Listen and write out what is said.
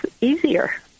easier